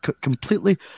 completely